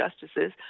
justices